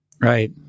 right